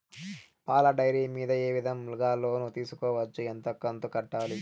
పాల డైరీ మీద ఏ విధంగా లోను తీసుకోవచ్చు? ఎంత కంతు కట్టాలి?